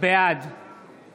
בעד